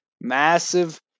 massive